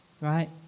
right